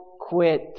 quit